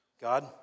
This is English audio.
God